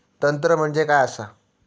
तंत्र म्हणजे काय असा?